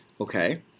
Okay